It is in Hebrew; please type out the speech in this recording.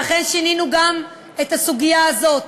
ואכן, שינינו גם את הסוגיה הזאת.